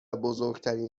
بزرگترین